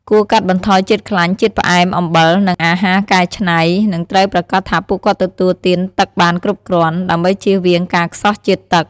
គួរកាត់បន្ថយជាតិខ្លាញ់ ជាតិផ្អែម អំបិល និងអាហារកែច្នៃ និងត្រូវប្រាកដថាពួកគាត់ទទួលទានទឹកបានគ្រប់គ្រាន់ ដើម្បីជៀសវាងការខ្សោះជាតិទឹក។